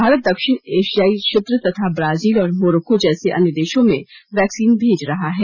भारत दक्षिण एशियाई क्षेत्र तथा ब्राजील और मोरक्को जैसे अन्य देशों में वैक्सीन भेज रहा है